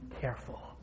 careful